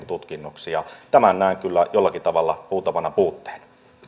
tutkinnoksi tämän näen kyllä jollakin tavalla huutavana puutteena